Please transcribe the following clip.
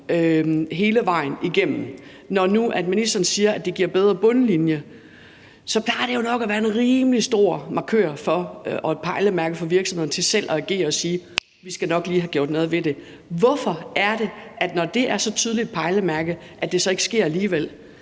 hele vejen igennem, og når nu ministeren siger, at det giver en bedre bundlinje, så plejer det at være en rimelig stor markør og et pejlemærke for virksomhederne til selv at agere og sige: Vi skal nok lige have gjort noget ved det. Når det er så tydeligt et pejlemærke, hvorfor er det så lige,